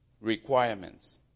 Requirements